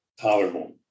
tolerable